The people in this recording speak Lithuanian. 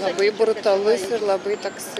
labai brutalus ir labai toks